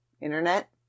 internet